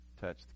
touch